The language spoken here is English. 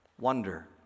Wonder